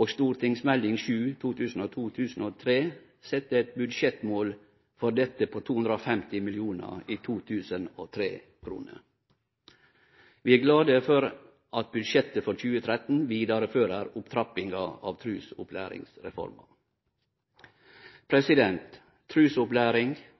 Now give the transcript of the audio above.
og St.meld. nr. 7 for 2002–2003 sette eit budsjettmål for dette på 250 mill. kr i 2003-kroner. Vi er glade for at budsjettet for 2013 vidarefører opptrappinga av trusopplæringsreforma. Trusopplæring,